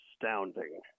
astounding